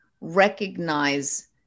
recognize